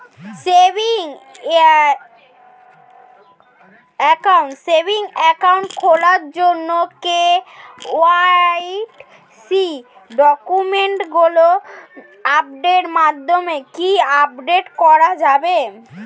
Savings account খোলার জন্য KYC ডকুমেন্টগুলো অ্যাপের মাধ্যমে কি আপডেট করা যাবে?